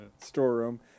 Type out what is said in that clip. storeroom